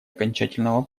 окончательного